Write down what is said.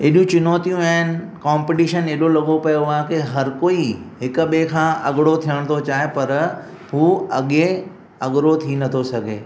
एॾियूं चुनौतियूं आहिनि कॉम्पटीशन एॾो लगो पियो आहे की हर कोई हिक ॿिए खां अॻिणो थियण थो चाहे पर हू अॻे अॻिणो थी नथो सघे